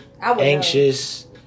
anxious